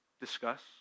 discuss